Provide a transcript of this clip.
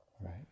right